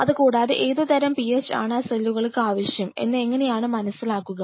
അതുകൂടാതെ ഏതുതരം PH ആണ് ആ സെല്ലുകൾക്ക് ആവശ്യം എന്ന് എങ്ങനെയാണ് മനസിലാക്കുക